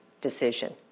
decision